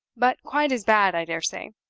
but quite as bad, i dare say.